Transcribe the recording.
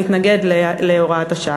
נתנגד להוראת השעה.